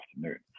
afternoon